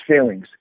feelings